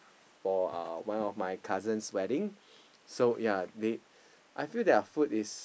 for uh one of my cousin's wedding so ya they I feel their food is